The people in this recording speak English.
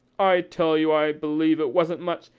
i tell you i believe it wasn't much,